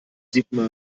sigmar